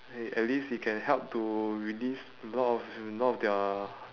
at at least it can help to release a lot of a lot of their